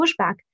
pushback